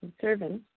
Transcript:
servants